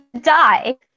die